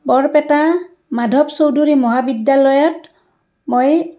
বৰপেটা মাধৱ চৌধুৰী মহাবিদ্যালয়ত মই